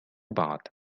بعد